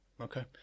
Okay